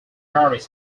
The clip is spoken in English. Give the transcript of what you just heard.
varies